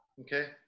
Okay